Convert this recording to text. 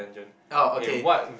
oh okay